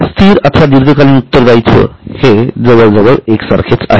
स्थिर अथवा दीर्घकालीन उत्तरदायित्व हे जवळजवळ एकसारखे आहे